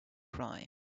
cry